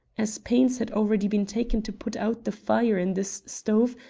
as pains had already been taken to put out the fire in this stove,